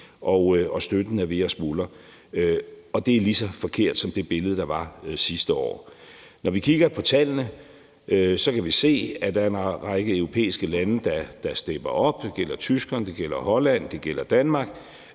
at støtten er ved at smuldre, og det er lige så forkert som det billede, man malede op sidste år. Når vi kigger på tallene, kan vi se, at der er en række europæiske lande, der stepper op – det gælder Tyskland, det gælder